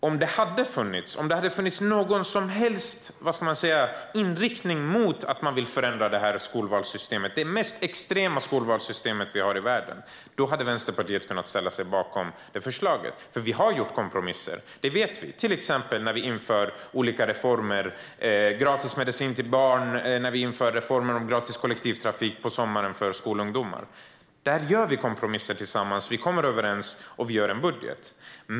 Om det hade funnits någon som helst inriktning om att man vill förändra skolvalssystemet - det mest extrema skolvalssystem som finns i världen - då hade Vänsterpartiet kunnat ställa sig bakom det förslaget. Vi har gjort kompromisser, till exempel när man genomförde olika reformer såsom gratis medicin till barn, gratis kollektivtrafik för skolungdomar på sommaren. Där gör vi kompromisser tillsammans, vi kommer överens och vi gör en budget.